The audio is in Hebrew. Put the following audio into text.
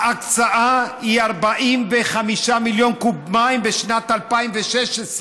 ההקצאה היא 45 מיליון קוב מים בשנת 2016,